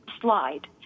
slide